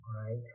right